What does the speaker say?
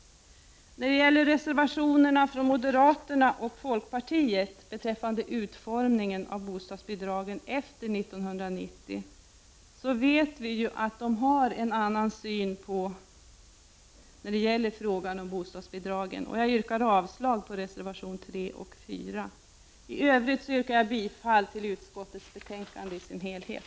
När det gäller reservationerna från moderata samlingspartiet och folkpartiet beträffande utformningen av bostadsbidragen efter 1990, vet vi att dessa partier har en annan syn på frågan om bostadsbidragen, och jag yrkar avslag på reservationerna 3 och 4. I övrigt yrkar jag bifall till utskottets hemställan i dess helhet.